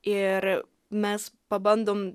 ir mes pabandom